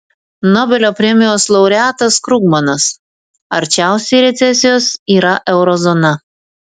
nobelio premijos laureatas krugmanas arčiausiai recesijos yra euro zona